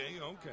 okay